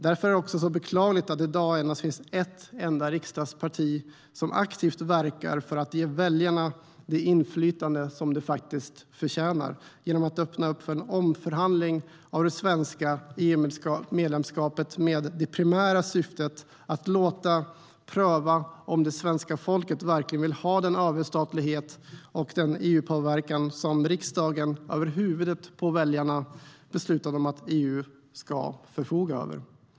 Därför är det beklagligt att det i dag endast finns ett enda riksdagsparti som aktivt verkar för att ge väljarna det inflytande som de faktiskt förtjänar genom att öppna för en omförhandling av det svenska EU-medlemskapet med det primära syftet att låta pröva om det svenska folket verkligen vill ha den överstatlighet och den EU-påverkan som riksdagen över huvudet på väljarna har beslutat att EU ska förfoga över.